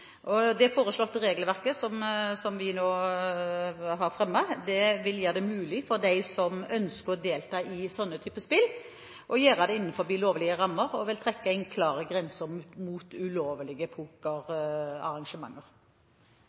Det regelverket som vi har fremmet, vil gjøre det mulig for dem som ønsker å delta i slike spill, å gjøre det innenfor lovlige rammer, og det vil trekke en klar grense mot ulovlige